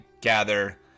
gather